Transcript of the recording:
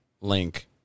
link